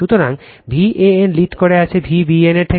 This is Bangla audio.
সুতরাং Van লিড করে আছে Vbn এর থেকে